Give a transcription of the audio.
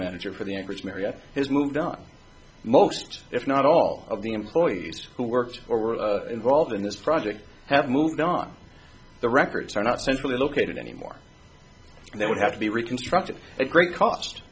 manager for the average marriott has moved on most if not all of the employees who work for were involved in this project have moved on the records are not centrally located anymore they would have to be reconstructed a great cost